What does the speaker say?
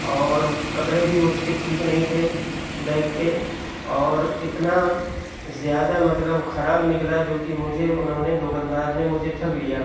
اور کپڑے بھی اس کے ٹھیک نہیں تھے بیگ کے اور اتنا زیادہ مطلب خراب نکلا جوکہ مجھے انہوں نے دکاندار نے مجھے ٹھگ لیا